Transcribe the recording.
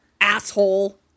asshole